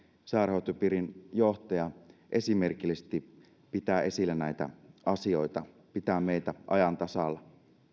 sairaanhoitopiirin johtaja esimerkillisesti pitää esillä näitä asioita pitää meitä ajan tasalla